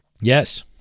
Yes